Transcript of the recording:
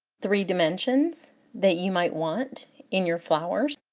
three dimensions that you might want in your flowers.